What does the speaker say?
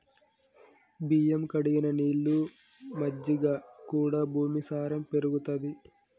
బియ్యం కడిగిన నీళ్లు, మజ్జిగ కూడా భూమి సారం పెరుగుతది